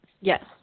Yes